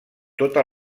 tota